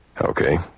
Okay